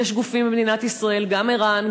יש גופים במדינת ישראל: גם ער"ן,